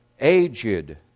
aged